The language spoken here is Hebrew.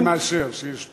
אני מאשר שיש.